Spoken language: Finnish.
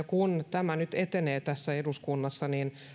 kun tämä nyt etenee tässä eduskunnassa niin